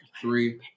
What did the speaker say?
three